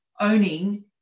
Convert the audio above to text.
owning